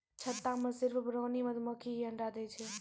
छत्ता मॅ सिर्फ रानी मधुमक्खी हीं अंडा दै छै